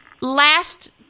Last